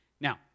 now